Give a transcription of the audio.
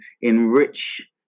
enrich